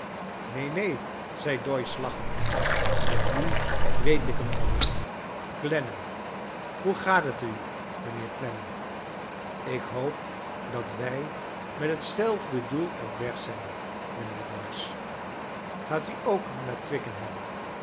neen zei doyce lachend en nu weet ik hem al weer clennam hoe gaat het u mijnheer clennam ik hoop dat wij met hetzelfde doel op weg zijn mijnheer doyce gaat u ook naar twickenham